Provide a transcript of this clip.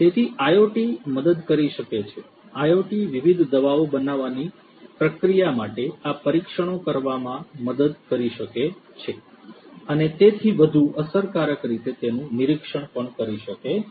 તેથી IoT મદદ કરી શકે છે IoT વિવિધ દવાઓ બનાવવાની પ્રક્રિયા માટે આ પરીક્ષણો કરવામાં મદદ કરી શકે છે અને તેથી વધુ અસરકારક રીતે તેનું નિરીક્ષણ કરે છે